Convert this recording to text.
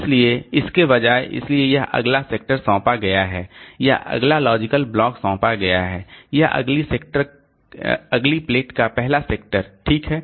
इसलिए इसके बजाय इसलिए कि यह अगला सेक्टर सौंपा गया है या अगला लॉजिकल ब्लॉक सौंपा गया है या अगली प्लेट का पहला सेक्टर ठीक है